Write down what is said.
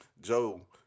Joe